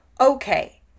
Okay